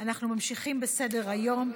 אנחנו ממשיכים בסדר-היום.